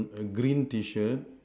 a green T shirt